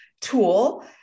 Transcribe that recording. tool